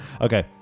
Okay